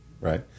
Right